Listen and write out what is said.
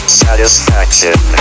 satisfaction